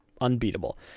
unbeatable